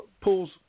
pulls